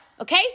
okay